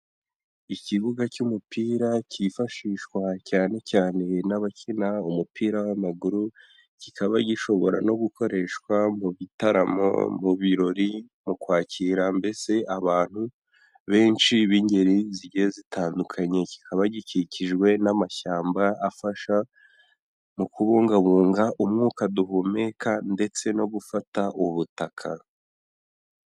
Ikibuga cy'umupira cyifashishwa cyane cyane n'abakina umupira w'amaguru, kikaba gishobora no gukoreshwa mu bitaramo, mu birori, mu kwakira mbese abantu benshi b'ingeri zigiye zitandukanye kikaba gikikijwe n'amashyamba afasha mu kubungabunga umwuka duhumeka ndetse no gufata ubutaka.